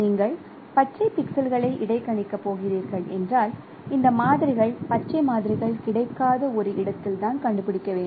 நீங்கள் பச்சை பிக்சல்களை இடைக்கணிக்கப் போகிறீர்கள் என்றால் இந்த மாதிரிகள் பச்சை மாதிரிகள் கிடைக்காத ஒரு இடத்தில் நாம் கண்டுபிடிக்க வேண்டும்